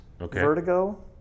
vertigo